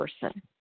person